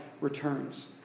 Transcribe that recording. returns